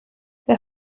wer